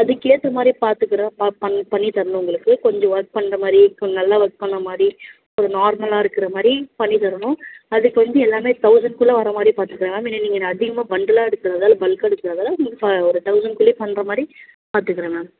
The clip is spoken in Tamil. அதுக்கு ஏற்ற மாதிரி பார்த்துக்குற ப பண் பண்ணி தரணும் உங்களுக்கு கொஞ்சம் ஒர்க் பண்ணுற மாதிரி கொஞ்சம் நல்லா ஒர்க் பண்ண மாதிரி ஒரு நார்மலாக இருக்கிற மாதிரி பண்ணித்தரணும் அதுக்கு வந்து எல்லாமே தவுசண்ட் குள்ளே வர மாதிரி பார்த்துக்கலாம் இல்லை நீங்கள் அதிகமாக பண்டுலாக எடுக்கிறதா இல்லை பல்க்காக எடுக்கிறதால நீங்கள் பா ஒரு தவுசண்ட் குள்ளேயே பண்ணுற மாதிரி பார்த்துக்குறேன் மேம்